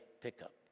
pickup